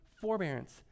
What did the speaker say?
forbearance